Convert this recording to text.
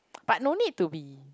but no need to be